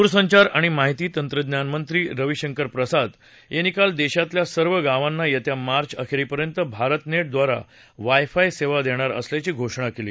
दूरसंचार आणि माहिती तंत्रज्ञानमंत्री रवीशंकर प्रसाद यांनी काल देशातल्या सर्व गावांना येत्या मार्च अखेरीपर्यंत भारतनेट ड्रारा वाय फाय सेवा देणार असल्याची घोषणा केली